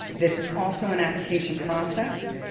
this is also an application process